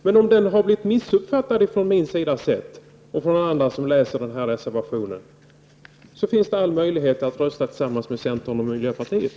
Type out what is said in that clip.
Men om reservationen har blivit missuppfattad av mig och andra som har läst den, finns det all möjlighet att rösta tillsammans med centern och miljöpartiet.